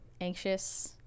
anxious